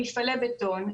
למפעלי בטון,